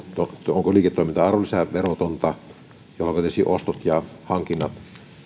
onko liiketoiminta arvonlisäverotonta jolloinka tietysti ostot ja hankinnat